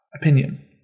opinion